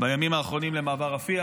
בימים האחרונים למעבר רפיח,